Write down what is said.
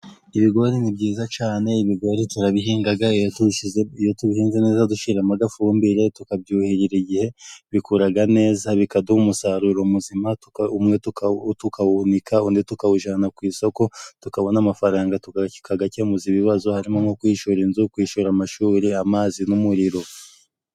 Ibigori ni byiza cyane, ibigori turabihinga, iyo tubihinze neza dushyiramo agafumbire, tukabyuhirira igihe, bikura neza, bikaduha umusaruro muzima, umwe tukawuhunika, undi tukawujyana ku isoko tukabona amafaranga tukayakemuza ibibazo, harimo nko kwishyura inzu, kwishyura amashuri, amazi n'umuriro.